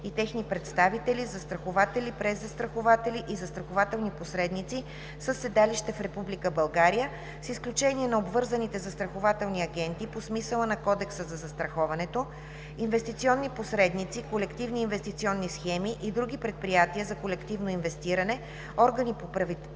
и техни представители, застрахователи, презастрахователи и застрахователни посредници със седалище в Република България с изключение на обвързаните застрахователни агенти по смисъла на Кодекса за застраховането, инвестиционни посредници, колективни инвестиционни схеми и други предприятия за колективно инвестиране, органи по приватизация